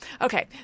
Okay